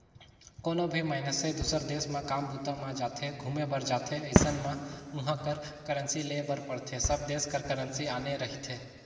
कोनो भी मइनसे दुसर देस म काम बूता म जाथे, घुमे बर जाथे अइसन म उहाँ कर करेंसी लेय बर पड़थे सब देस कर करेंसी आने रहिथे